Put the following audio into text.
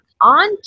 on